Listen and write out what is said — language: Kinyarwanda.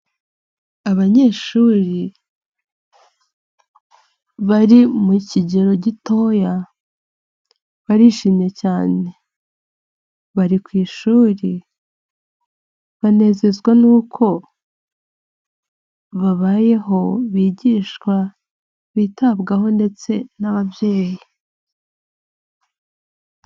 Abanyeshuri bari mu kigero gitoya, barishimye cyane. Bari ku ishuri, banezezwa n'uko babayeho, bigishwa, bitabwaho ndetse n'ababyeyi.